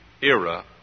era